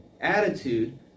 attitude